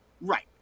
Right